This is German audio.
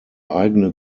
eigene